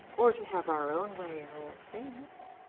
or to have our own way in all things?